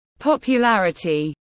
Popularity